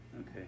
Okay